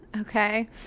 Okay